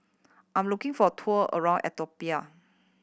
I am looking for a tour around Ethiopia